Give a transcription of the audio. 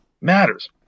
matters